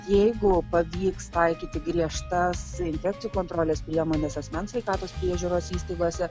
jeigu pavyks taikyti griežtas infekcijų kontrolės priemones asmens sveikatos priežiūros įstaigose